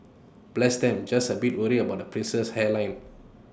bless them just A bit worried about the prince's hairline